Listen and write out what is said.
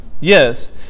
Yes